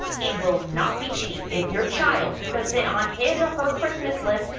it will not be cheap if your child puts it on his or her christmas list.